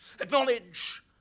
Acknowledge